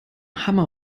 hammer